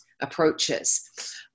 approaches